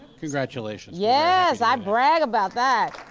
congratulations. yes, i brag about that.